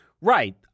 Right